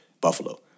Buffalo